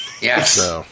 Yes